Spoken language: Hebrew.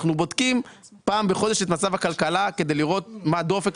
אנחנו בודקים פעם בחודש את מצב הכלכלה כדי לראות מה הדופק,